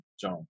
John